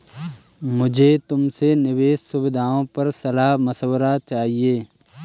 मुझे तुमसे निवेश सुविधाओं पर सलाह मशविरा चाहिए